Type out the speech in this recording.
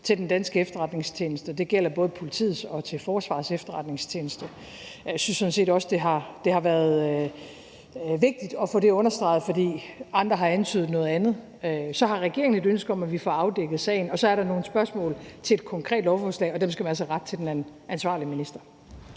til de danske efterretningstjenester. Det gælder både Politiets Efterretningstjeneste og Forsvarets Efterretningstjeneste. Jeg synes sådan set også, at det har været vigtigt at få det understreget, for andre har antydet noget andet. Så har regeringen et ønske om, at vi får afdækket sagen, og så er der nogle spørgsmål til et konkret lovforslag, og dem skal man altså rette til den ansvarlige minister.